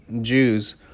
Jews